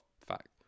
fact